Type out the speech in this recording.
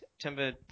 Timber